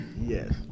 Yes